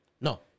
No